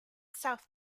south